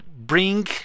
bring